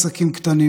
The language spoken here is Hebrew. העסקים הקטנים,